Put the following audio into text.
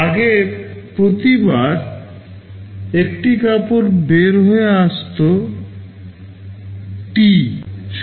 আগে প্রতিবার একটি কাপড় বের হয়ে আসত টি সময়ে